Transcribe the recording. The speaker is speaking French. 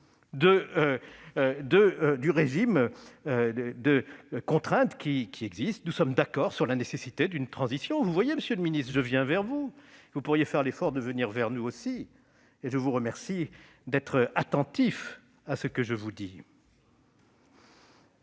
du régime des contraintes qui existent et sur la nécessité d'une transition. Vous voyez, monsieur le secrétaire d'État, je viens vers vous ; vous pourriez faire l'effort de venir vers nous aussi. Et je vous remercie d'être attentif à ce que je vous dis